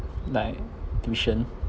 like tuition